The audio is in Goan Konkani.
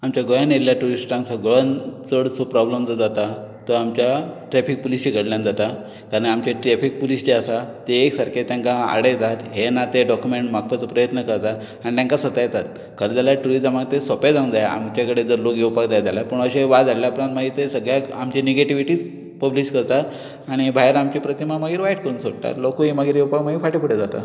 आमचे गोंयान आयिल्ल्या टुरिस्टांक सगळो चड सो प्रोब्लम जाता तो आमच्या ट्रेफीक पुलिसे कडल्यान जाता आनी आमचे ट्रेफीक पुलीस जे आसा ते एक सारके तांकां आडयतात हें ना ते डॉकुमेंट मागपाचो प्रयत्न करतात आनी तेंकां सतायतात खरें जाल्यार ट्युरिजमाक तें सोपें जावूंक जाय आमचे कडेन जर लोक येवपाक जाय जाल्यार पूण अशें वाज हाडले उपरांत मागीर ते सगळ्याक आमची नॅगिटिविटी पब्लीश करतात आनी भायर आमची प्रतिमा मागीर वायट करून सोडटात लोकूय मागीर येवपाक मागीर फाटीं फुडें जाता